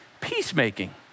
peacemaking